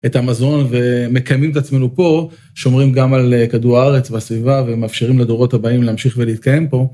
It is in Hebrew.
את המזון ומקיימים את עצמנו פה שומרים גם על כדור הארץ והסביבה ומאפשרים לדורות הבאים להמשיך ולהתקיים פה.